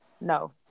No